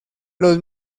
los